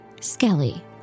Skelly